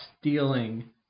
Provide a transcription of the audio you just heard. stealing